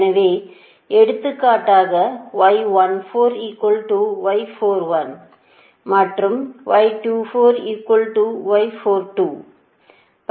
எனவே எடுத்துக்காட்டாக மற்றும் பல